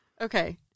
Okay